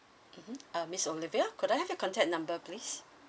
mm uh miss olivia could I have your contact number please